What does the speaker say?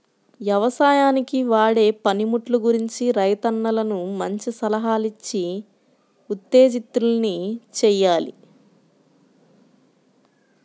యవసాయానికి వాడే పనిముట్లు గురించి రైతన్నలను మంచి సలహాలిచ్చి ఉత్తేజితుల్ని చెయ్యాలి